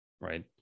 right